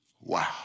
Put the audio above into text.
Wow